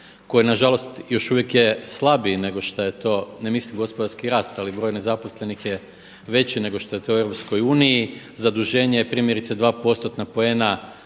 koji na žalost još uvijek je slabiji nego što je to, ne mislim gospodarski rast, ali broj nezaposlenih je veći nego što je to u EU. Zaduženje je primjerice dva postotna